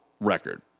record